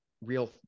real